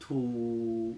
to